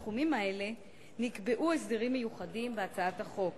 בתחומים האלה, נקבעו הסדרים מיוחדים בהצעת החוק.